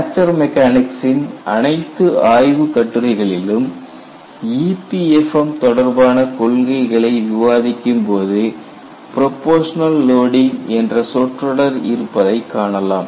fracture மெக்கானிக்ஸ்சின் அனைத்து ஆய்வுக் கட்டுரைகளிலும் EPFM தொடர்பான கொள்கைகளை விவாதிக்கும்போது ப்ரொபோஷனல் லோடிங் என்ற சொற்றொடர் இருப்பதை காணலாம்